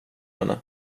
henne